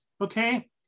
Okay